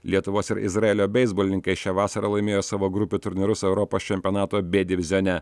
lietuvos ir izraelio beisbolininkai šią vasarą laimėjo savo grupių turnyrus europos čempionato b divizione